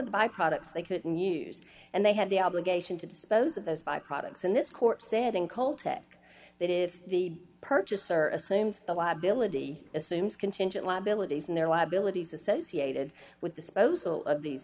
the by products they couldn't use and they had the obligation to dispose of those by products and this court said in caltech that if the purchaser assumes the liability assumes contingent liabilities and their liabilities associated with disposal of these